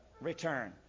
return